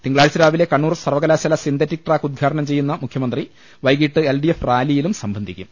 തിങ്ക ളാഴ്ച രാവിലെ കണ്ണൂർ സർവ്വകലാശാല സിന്തറ്റിക് ട്രാക്ക് ഉദ്ഘാ ടനം ചെയ്യുന്ന മുഖ്യമന്ത്രി വൈകീട്ട് എൽ ഡി എഫ് റാലിയിലും സംബന്ധിക്കും